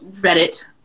Reddit